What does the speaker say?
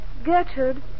Gertrude